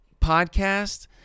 podcast